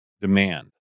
demand